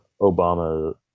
Obama